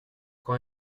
quand